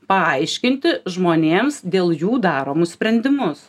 paaiškinti žmonėms dėl jų daromus sprendimus